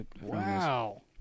wow